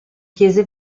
chiese